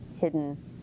hidden